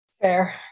Fair